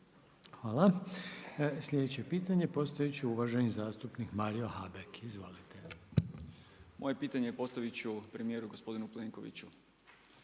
Hvala. Slijedeće pitanje postavit će uvaženi zastupnik Mario Habek. Izvolite. **Habek, Mario (SDP)** Moje pitanje postavit ću premijeru, gospodinu Plenkoviću.